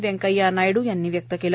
व्यंकय्या नायडु यांनी व्यक्त केलं